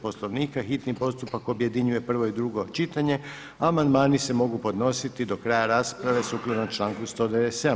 Poslovnika hitni postupak objedinjuje prvo i drugo čitanje, a amandmani se mogu podnositi do kraja rasprave sukladno članku 197.